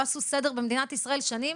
לא עשו סדר במדינת ישראל שנים,